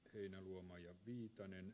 heinäluoma ja viitonen